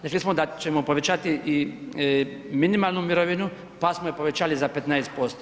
Rekli smo da ćemo povećati i minimalnu mirovinu, pa smo je povećali za 15%